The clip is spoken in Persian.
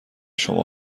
شما